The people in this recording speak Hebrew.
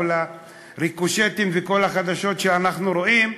כל הריקושטים וכל החדשות שאנחנו רואים,